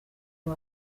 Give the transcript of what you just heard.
rwa